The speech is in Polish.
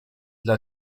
dla